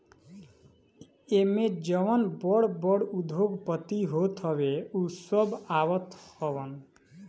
एमे जवन बड़ बड़ उद्योगपति होत हवे उ सब आवत हवन